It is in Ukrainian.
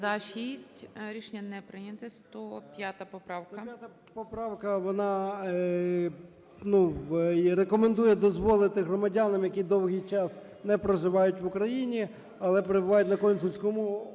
За-6 Рішення не прийнято. 105 поправка. 17:38:41 ЧЕРНЕНКО О.М. 105 поправка, вона рекомендує дозволити громадянам, які довгий час не проживають в Україні, але перебувають на консульському обліку